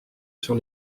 sur